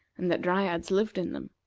and that dryads lived in them.